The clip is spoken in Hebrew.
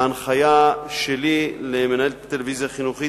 ההנחיה שלי למנהלת הטלוויזיה החינוכית